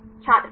छात्र कम